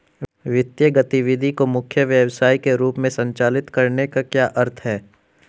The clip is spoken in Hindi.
वित्तीय गतिविधि को मुख्य व्यवसाय के रूप में संचालित करने का क्या अर्थ है?